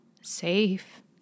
safe